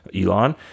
Elon